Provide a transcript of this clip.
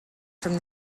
from